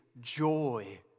Joy